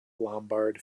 lombard